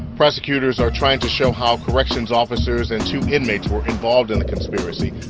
prosecutors are trying to show how corrections officers and two inmates were involved in the conspiracy.